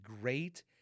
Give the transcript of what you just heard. great